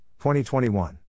2021